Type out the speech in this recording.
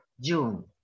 June